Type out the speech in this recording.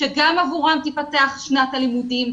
שגם עבורם תיפתח שנת הלימודים,